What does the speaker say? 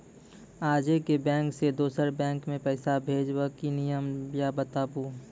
आजे के बैंक से दोसर बैंक मे पैसा भेज ब की नियम या बताबू?